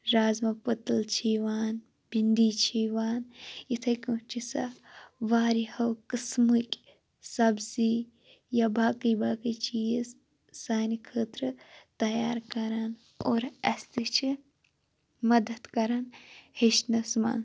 رازما پٔتٕل چھِ یِوان بِندی چھِ یِوان یِتھَے کٔنۍ چھِ سۄ واریاہو قٕسمٕکۍ سبزی یا باقٕے باقٕے چیٖز سانہِ خٲطرٕ تیار کَران اور اَسہِ تہِ چھِ مَدَتھ کَران ہیٚچھنَس منٛز